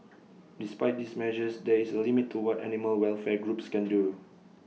despite these measures there is A limit to what animal welfare groups can do